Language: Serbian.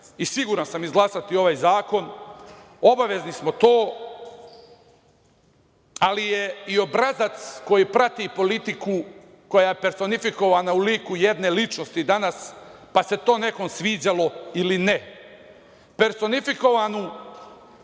i siguran sam, izglasati ovaj zakon. Obavezni smo to, ali je i obrazac koji prati politiku koja je personifikovana u liku jedne ličnosti danas pa se to nekom sviđalo ili ne, personifikovanu